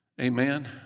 Amen